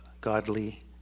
godly